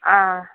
ஆ